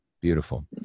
Beautiful